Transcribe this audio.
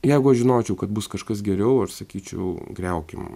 jeigu aš žinočiau kad bus kažkas geriau aš sakyčiau griaukim